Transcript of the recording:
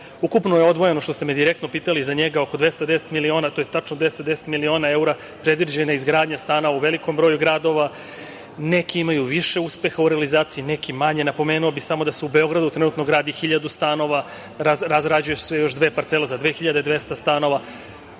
Ukupno je odvojeno, što ste me direktno pitali, za njega oko 210 miliona, to je tačno 210 miliona evra. Predviđena je izgradnja stanova u velikom broju gradova. Neki imaju više uspeha u realizaciji, neki manje. Napomenuo bih samo da se u Beogradu trenutno gradi 1.000 stanova, razrađuju se još dve parcele za 2.200 stanova.